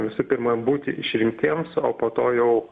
visų pirma būti išrinktiems o po to jau